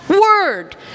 word